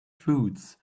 foods